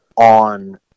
on